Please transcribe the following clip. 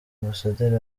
ambasaderi